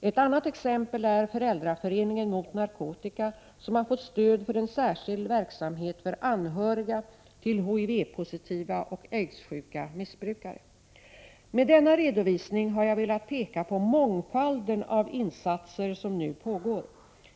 Ett annat exempel är Föräldraföreningen mot narkotika, som har fått stöd för en särskild verksamhet för anhöriga till HIV-positiva och aidssjuka missbrukare. Med denna redovisning har jag velat peka på den mångfald av insatser som nu pågår.